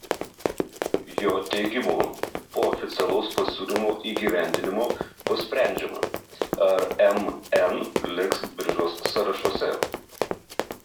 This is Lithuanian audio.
jo teigimu po oficialaus pasiūlymo įgyvendinimo bus sprendžiama ar mn liks biržos sąrašuose